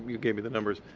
you gave me the numbers.